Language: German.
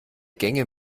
gänge